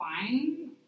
fine